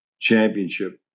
championship